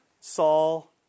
Saul